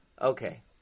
Okay